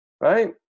Right